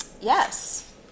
Yes